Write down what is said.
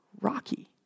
rocky